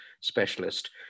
specialist